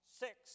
six